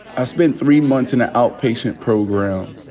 i spent three months in a outpatient program